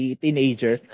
teenager